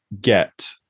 get